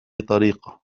طريقة